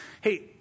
Hey